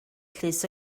llys